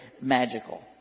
magical